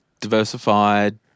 diversified